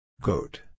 Goat